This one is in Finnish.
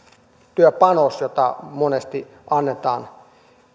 työpanos jota monesti annetaan